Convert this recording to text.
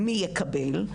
מי יקבל,